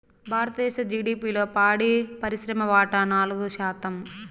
భారతదేశ జిడిపిలో పాడి పరిశ్రమ వాటా నాలుగు శాతం